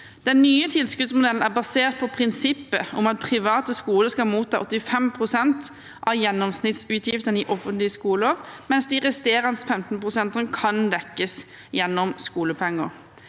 Den nye tilskuddsmodellen er basert på prinsippet om at private skoler skal motta 85 pst. av gjennomsnittsutgiftene i offentlige skoler, mens de resterende 15 prosentene kan dekkes gjennom skolepenger.